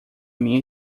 minha